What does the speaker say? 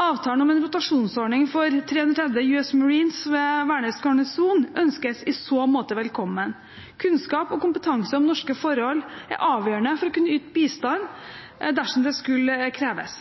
Avtalen om en rotasjonsordning for 330 US Marines ved Værnes Garnison ønskes i så måte velkommen. Kunnskap og kompetanse om norske forhold er avgjørende for å kunne yte bistand dersom det skulle kreves.